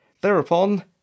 Thereupon